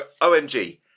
Omg